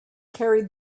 carried